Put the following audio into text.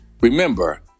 Remember